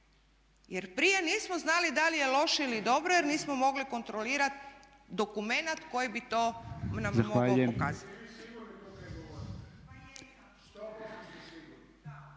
Jer prije nismo znali da li je loše ili dobro jer nismo mogli kontrolirati dokument koji bi to nam mogao pokazati.